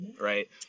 right